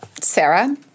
Sarah